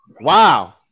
wow